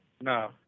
No